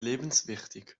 lebenswichtig